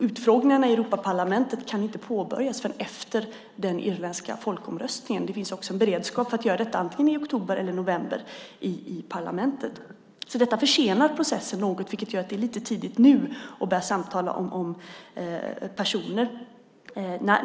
Utfrågningarna i Europaparlamentet kan inte påbörjas förrän efter den irländska folkomröstningen. Det finns också en beredskap för att göra detta antingen i oktober eller i november i parlamentet. Detta försenar processen något, vilket gör att det är lite tidigt nu att börja samtala om personer.